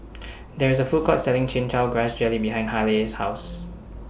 There IS A Food Court Selling Chin Chow Grass Jelly behind Haleigh's House